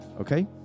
Okay